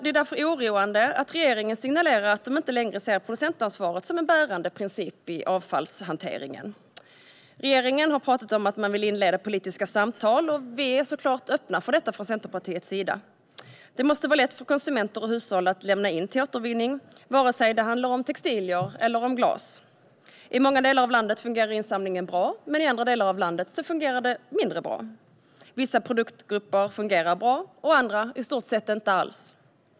Det är därför oroande att regeringen signalerar att man inte längre ser producentansvaret som en bärande princip i avfallshanteringen. Regeringen har pratat om att man vill inleda politiska samtal, och vi är såklart öppna för detta från Centerpartiets sida. Det måste vara lätt för konsumenter och hushåll att lämna in till återvinning, oavsett om det handlar om textilier eller om glas. I många delar av landet fungerar insamlingen bra, i andra delar av landet fungerar den mindre bra. Vissa produktgrupper fungerar bra och andra i stort sett inte alls.